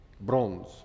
Bronze